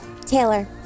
Taylor